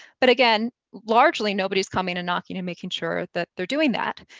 but again, largely, nobody's coming and knocking and making sure that they're doing that.